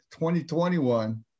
2021